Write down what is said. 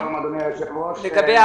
שלום אדוני היושב ראש,